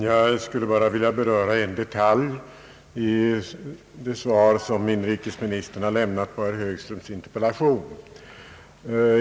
Herr talman! Jag vill beröra en detalj i det svar som inrikesministern har lämnat på herr Högströms interpellation.